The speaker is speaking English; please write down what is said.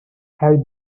has